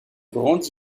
grand